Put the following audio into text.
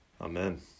amen